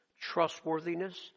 Trustworthiness